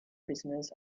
prisoners